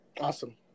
Awesome